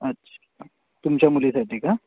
अच्छा हां तुमच्या मुलीसाठी का